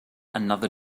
another